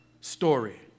story